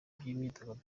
by’imyidagaduro